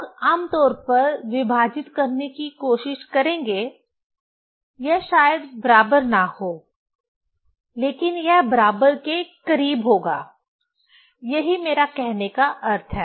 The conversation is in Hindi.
लोग आम तौर पर विभाजित करने की कोशिश करेंगे यह शायद बराबर ना हो लेकिन यह बराबर के करीब होगा यही मेरा कहने का अर्थ है